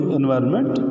environment